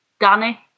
Danny